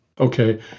Okay